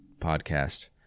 podcast